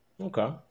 Okay